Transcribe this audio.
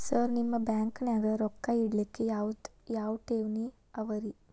Sir ನಿಮ್ಮ ಬ್ಯಾಂಕನಾಗ ರೊಕ್ಕ ಇಡಲಿಕ್ಕೆ ಯಾವ್ ಯಾವ್ ಠೇವಣಿ ಅವ ರಿ?